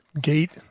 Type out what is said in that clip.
gate